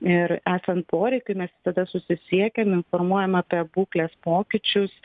ir esant poreikiui mes visada susisiekiam informuojam apie būklės pokyčius